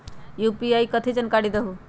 UPI कथी है? जानकारी दहु